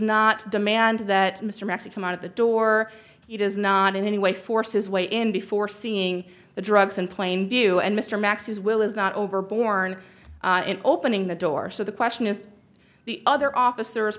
not demand that mr mexican out of the door he does not in any way force his way in before seeing the drugs in plain view and mr max's will is not over borne opening the door so the question is the other officers